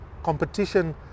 competition